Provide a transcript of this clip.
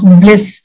bliss